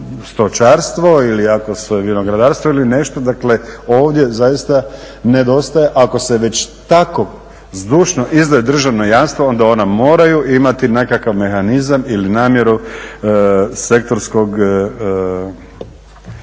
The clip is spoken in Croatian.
stočarstvo ili ako se vinogradarstvo ili nešto, dakle ovdje zaista nedostaje ako se već tako zdušno izdaju državna jamstva onda ona moraju imati nekakav mehanizam ili namjeru sektorskih